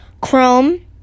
Chrome